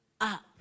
up